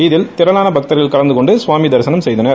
இதில் திரளான பக்தர்கள் கலந்தகொண்டு சாமி தரிசனம் செய்தனர்